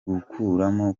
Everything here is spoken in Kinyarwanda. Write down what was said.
gukuramo